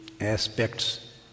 aspects